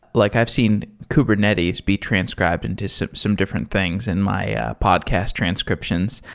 like i've seen kubernetes be transcribed into some some different things in my podcast transcriptions.